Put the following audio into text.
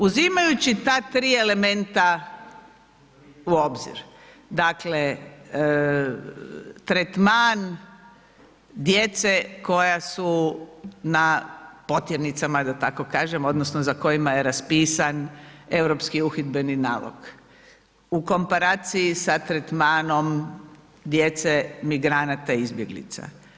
Uzimajući ta 3 elementa u obzir, dakle tretman djece koja su na potjernicama odnosno za kojima je raspisan Europski uhidbeni nalog u komparaciji sa tretmanom djece migranata i izbjeglica.